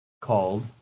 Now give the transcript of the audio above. called